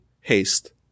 haste